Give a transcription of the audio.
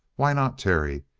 why not terry?